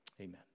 Amen